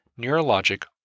neurologic